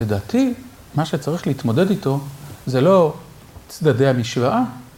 לדעתי, מה שצריך להתמודד איתו, זה לא צדדי המשוואה.